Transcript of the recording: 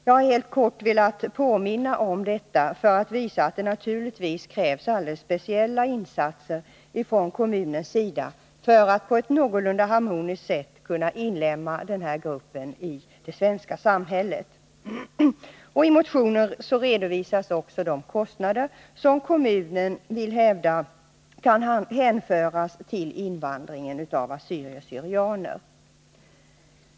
Jag har helt kort velat påminna om detta för att visa att det naturligtvis krävs alldeles speciella insatser från kommunens sida för att vi på ett någorlunda harmoniskt sätt skall kunna inlemma denna grupp i det svenska samhället. I motionen redovisas också de kostnader som enligt kommunen kan hänföras till invandringen av assyrier/syrianer.